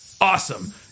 Awesome